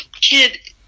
kid